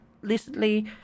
recently